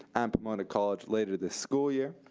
um um and at college later this school year,